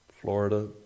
Florida